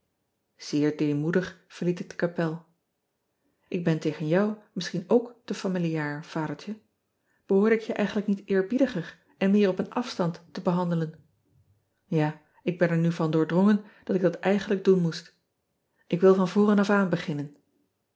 deemoedig verliet ik de kapel k ben tegen jou misschien ook te familiaar adertje ehoorde ik je eigenlijk niet eerbiediger en meer op een afstand te behandelen a ik ben er nu van doordrongen dat ik dat eigenlijk doen moest k wil van voren of aan beginnen